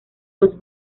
los